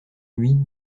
huit